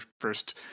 first